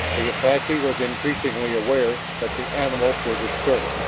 the apache was increasingly aware that the animals were disturbed,